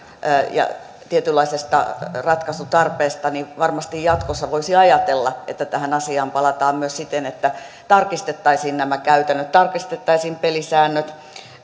ja sen tietynlaisesta ratkaisutarpeesta niin varmasti jatkossa voisi ajatella että tähän asiaan palataan myös siten että tarkistettaisiin nämä käytännöt tarkistettaisiin pelisäännöt